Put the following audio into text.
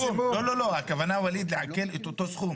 לא, לא, לא, הכוונה, וליד, היא לעקל את אותו סכום.